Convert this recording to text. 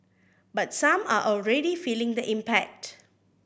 but some are already feeling the impact